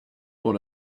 pour